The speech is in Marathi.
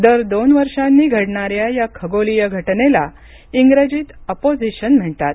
दर दोन वर्षांनी घडणाऱ्या या खगोलीय घटनेला इंग्रजीत अपोझिशन म्हणतात